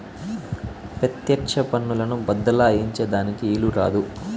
పెత్యెక్ష పన్నులను బద్దలాయించే దానికి ఈలు కాదు